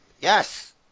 Yes